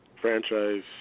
franchise –